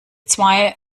zwei